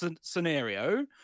scenario